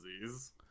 disease